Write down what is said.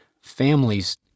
families